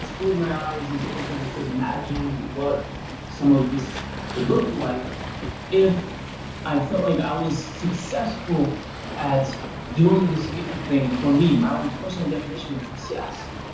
just closed my eyes and so and sort of just imagined what some of this would look like if i felt like i was successful at doing this youtube thing. for me. my own personal definition of success.